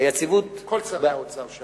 היציבות, כל שרי האוצר שעמדו.